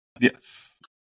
yes